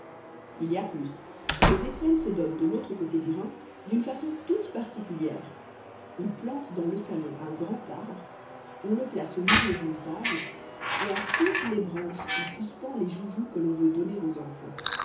il y a plus les étrennes se donnent de l'autre côté du rhin d'une façon toute particulière on plante dans le salon un grand arbre on le place au milieu d'une table et à toutes ses branches on suspend les joujoux que l'on veut donner aux enfants